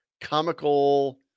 comical